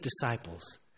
disciples